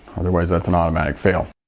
otherwise that's an automatic fail.